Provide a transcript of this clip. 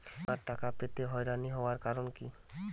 বিমার টাকা পেতে হয়রানি হওয়ার কারণ কি?